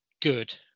good